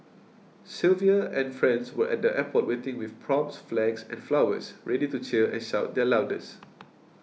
Sylvia and friends were at the airport waiting with props flags and flowers ready to cheer and shout their loudest